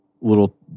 little